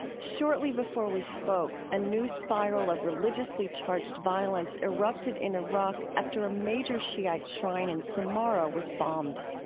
shortly before we spoke, a new spiral of religiously charged violence erupted in iraq after a major shiite shrine in samarra was bombed